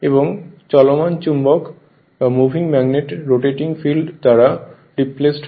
এবং চলমান চুম্বক রোটেটিং ফিল্ড দ্বারা রিপ্লেসড হয়